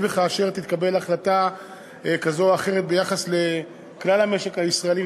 אם וכאשר תתקבל החלטה כזאת או אחרת ביחס לכלל המשק הישראלי,